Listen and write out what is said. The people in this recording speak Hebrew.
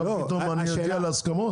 עכשיו פתאום אני אגיע להסכמות?